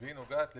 אז אני מבקש תשובה.